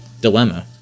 dilemma